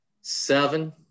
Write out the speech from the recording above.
seven